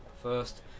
first